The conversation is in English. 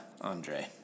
Andre